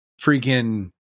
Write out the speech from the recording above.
freaking